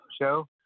show